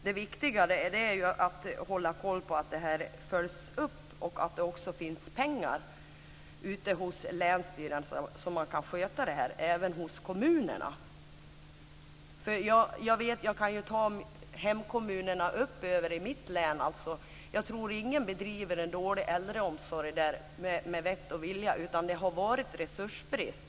Det viktiga är att hålla koll på att det här följs upp och att det också finns pengar ute hos länsstyrelserna, och även hos kommunerna, så att de kan sköta det här. Jag kan ta hemkommunerna uppe i mitt län som exempel. Jag tror inte att någon bedriver en dålig äldreomsorg med vett och vilja, utan det har varit resursbrist.